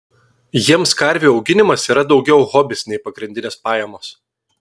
jiems karvių auginimas yra daugiau hobis nei pagrindinės pajamos